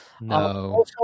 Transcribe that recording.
no